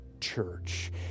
church